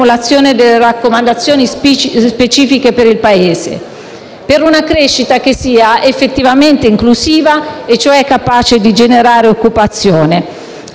delle raccomandazioni specifiche per il Paese, per una crescita che sia effettivamente inclusiva e cioè capace di generare occupazione.